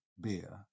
beer